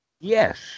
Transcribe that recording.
Yes